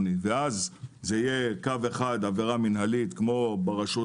ואז זה יהיה קו אחד עבירה מינהלית כמו ברשויות